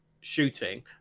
shooting